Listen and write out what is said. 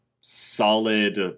solid